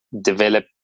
develop